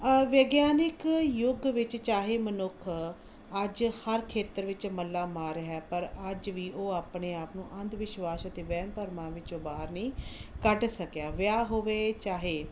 ਆ ਵਿਗਿਆਨਿਕ ਯੁੱਗ ਵਿੱਚ ਚਾਹੇ ਮਨੁੱਖ ਅੱਜ ਹਰ ਖੇਤਰ ਵਿੱਚ ਮੱਲਾ ਮਾਰ ਰਿਹਾ ਪਰ ਅੱਜ ਵੀ ਉਹ ਆਪਣੇ ਆਪ ਨੂੰ ਅੰਧ ਵਿਸ਼ਵਾਸ ਅਤੇ ਵਹਿਮ ਭਰਮਾਂ ਵਿੱਚੋਂ ਬਾਹਰ ਨਹੀਂ ਕੱਢ ਸਕਿਆ ਵਿਆਹ ਹੋ ਗਏ ਚਾਹੇ